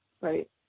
right